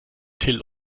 till